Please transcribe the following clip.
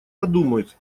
подумают